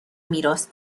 میراث